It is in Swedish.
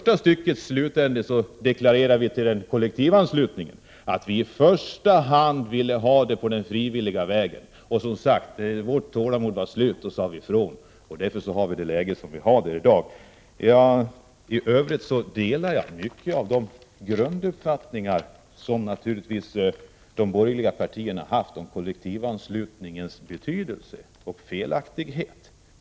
Vi har deklarerat att vi i första hand vill att denna kollektivanslutning skall ske på frivillig väg. När vårt tålamod tog slut sade vi ifrån, och det är orsaken till det uppkomna läget. I övrigt delar jag i stort de grunduppfattningar som de borgerliga partierna har haft om kollektivanslutningens betydelse och felaktigheter.